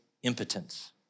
impotence